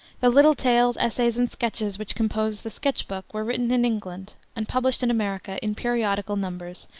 the little tales, essays, and sketches which compose the sketch book were written in england, and published in america, in periodical numbers,